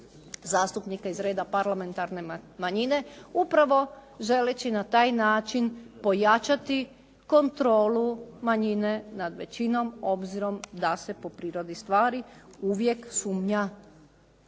zastupnika iz reda parlamentarne manjine, upravo želeći na taj način pojačati kontrolu manjine nad većinom obzirom da se po prirodi stvari uvijek sumnja